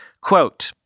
Quote